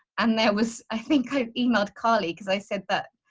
and there was i think i emailed carly cause i said that.